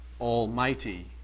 Almighty